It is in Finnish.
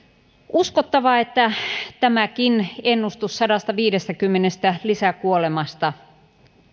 uskottavaa että tämäkin ennustus sadastaviidestäkymmenestä lisäkuolemasta